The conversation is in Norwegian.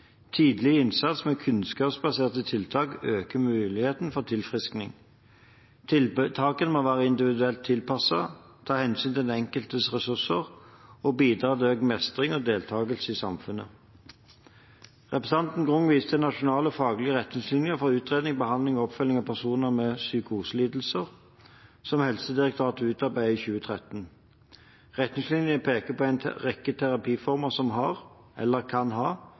Tidlig innsats med kunnskapsbaserte tiltak øker mulighetene for tilfriskning. Tiltakene må være individuelt tilpasset, ta hensyn til den enkeltes ressurser og bidra til økt mestring og deltakelse i samfunnet. Representanten Grung viser til Nasjonal faglig retningslinje for utredning, behandling og oppfølging av personer med psykoselidelser som Helsedirektoratet utarbeidet i 2013. Retningslinjen peker på en rekke terapiformer som har, eller kan ha,